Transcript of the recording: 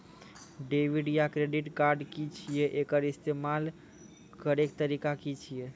Debit या credit card की छियै? एकर इस्तेमाल करैक तरीका की छियै?